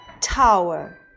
tower